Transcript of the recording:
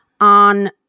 on